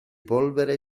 polvere